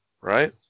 Right